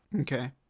Okay